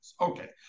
Okay